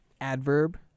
Adverb